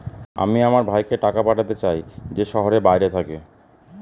আমি আমার ভাইকে টাকা পাঠাতে চাই যে শহরের বাইরে থাকে